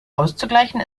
auszugleichen